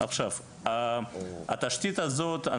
עכשיו התשתית הזאת,